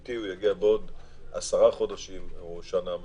האמיתי הוא יגיע בעוד עשרה חודשים או שנה מהיום.